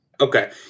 Okay